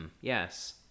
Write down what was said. yes